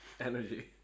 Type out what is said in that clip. Energy